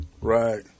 right